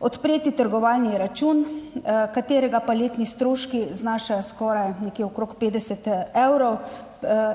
odpreti trgovalni račun, katerega letni stroški pa znašajo skoraj nekje okrog 50 evrov,